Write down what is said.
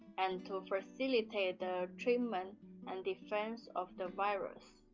and to facilitate the treatment and defense of the virus,